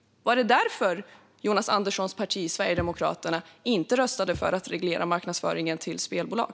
Var det därför som Jonas Anderssons parti Sverigedemokraterna inte röstade för att reglera marknadsföringen för spelbolag?